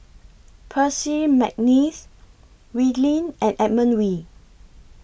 Percy Mcneice Wee Lin and Edmund Wee